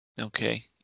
Okay